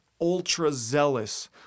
ultra-zealous